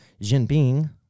Jinping